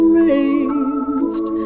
raised